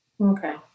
Okay